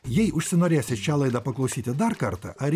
jei užsinorėsit šią laidą paklausyti dar kartą ar